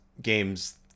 game's